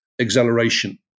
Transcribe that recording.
acceleration